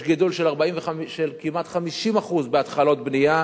יש גידול של כמעט 50% בהתחלות בנייה.